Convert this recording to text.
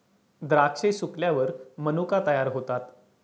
द्राक्षे सुकल्यावर मनुका तयार होतात